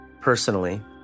personally